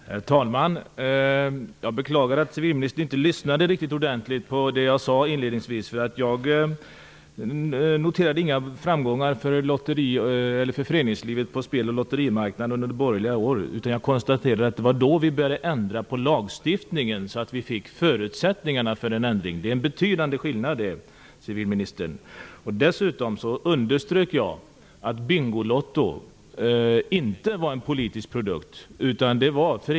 Herr talman! Jag beklagar att civilministern inte lyssnade ordentligt på det jag sade inledningsvis. Jag noterade inga framgångar för föreningslivet på speloch lotterimarknaden under de borgerliga åren. Jag konstaterade att det var då vi började ändra på lagstiftningen så att vi fick förutsättningar för en ändring. Det är stor skillnad. Dessutom underströk jag att Bingolotto inte är en politisk produkt.